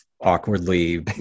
awkwardly